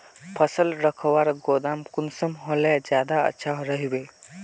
फसल रखवार गोदाम कुंसम होले ज्यादा अच्छा रहिबे?